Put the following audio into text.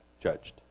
judged